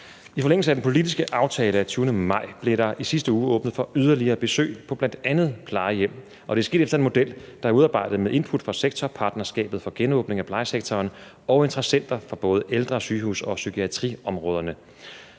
I forlængelse af den politiske aftale af 20. maj blev der i sidste uge åbnet for yderligere besøg på bl.a. plejehjem, og det er sket efter en model, der er udarbejdet med input fra sektorpartnerskabet for genåbning af plejesektoren og interessenter fra både ældre-, sygehus- og psykiatriområdet.